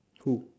who